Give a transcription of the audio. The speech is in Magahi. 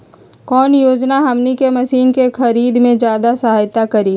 कौन योजना हमनी के मशीन के खरीद में ज्यादा सहायता करी?